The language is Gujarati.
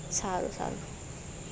સારું સારું